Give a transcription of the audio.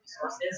resources